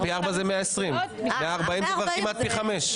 פי ארבעה זה 120. 140 זה כבר כמעט פי חמישה.